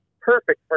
perfect